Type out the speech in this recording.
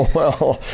well.